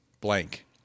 blank